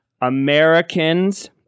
Americans